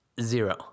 zero